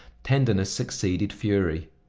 tenderness succeeded fury.